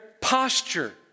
posture